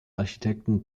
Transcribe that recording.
architekten